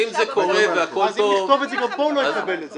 אם נכתוב את זה גם פה, הוא לא יקבל את זה.